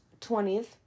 20th